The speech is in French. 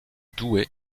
douai